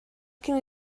can